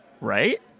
right